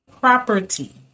Property